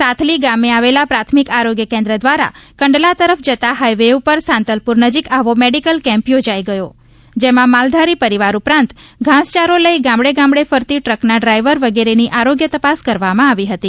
સાથલી ગામે આવેલા પ્રાથમિક આરોગ્ય કેન્દ્ર દ્વારા કંડલા તરફ જતા હાઇવે ઉપર સાંતલપુર નજીક મેડિકલ કેમ્પ યોજાઇ ગયો જેમાં માલધારી પરિવાર ઉપરાંત ઘાસચારો લઇ ગામડે ગામડે ફરતી ટ્રકના ડ્રાઇવર વગેરેની આરોગ્ય તપાસ કરવામાં આવી હતી